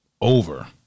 Over